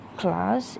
class